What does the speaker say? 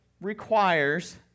requires